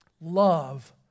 Love